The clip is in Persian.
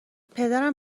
پدرم